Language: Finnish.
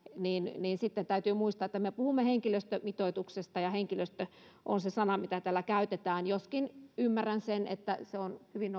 niin niin sitten täytyy muistaa että me puhumme henkilöstömitoituksesta ja henkilöstö on se sana mitä täällä käytetään ymmärrän sen että hyvin